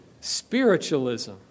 Spiritualism